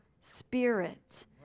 spirit